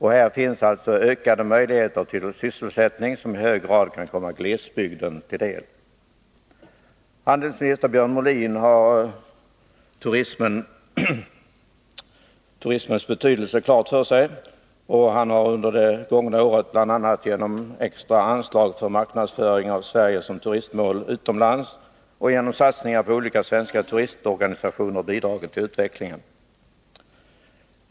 Här finns alltså ökade möjligheter till sysselsättning som i hög grad kan komma glesbygden till del. Handelsminister Björn Molin har turismens betydelse klar för sig, och han har under det gångna året, bl.a. genom extra anslag för marknadsföring av Sverige som turistmål utomlands och genom satsningar på olika svenska turistorganisationer, bidragit till utvecklingen.